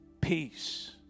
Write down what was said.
peace